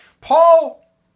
Paul